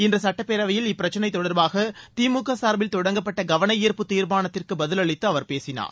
இன்று சட்டப்பேரவையில் இப்பிரச்சினை தொடர்பாக திமுக சார்பில் தொடங்கப்பட்ட கவன ஈர்ப்பு தீர்மானத்திற்கு பதிலளித்து அவர் பேசினார்